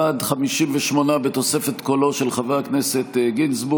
ועדת החוץ והביטחון תמנה 17 חברים: